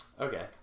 Okay